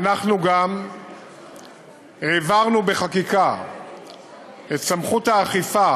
ואנחנו גם העברנו בחקיקה את סמכות האכיפה